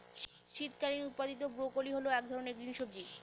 শীতকালীন উৎপাদীত ব্রোকলি হল এক ধরনের গ্রিন সবজি